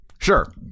Sure